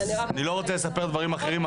אז אני לא רוצה לספר דברים אחרים,